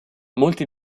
molti